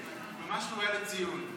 ממש ראויה לציון.